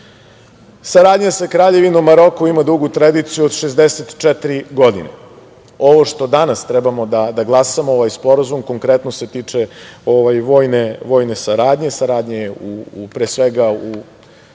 sa Kraljevinom Maroko ima dugu tradiciju od 64 godine. Ovo što danas treba da glasamo, ovaj sporazum, konkretno se tiče vojne saradnje, saradnje pre svega u odbrani. Kad